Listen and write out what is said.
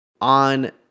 on